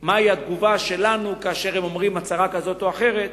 על התגובה שלנו כאשר הם אומרים הצהרה כזאת או אחרת.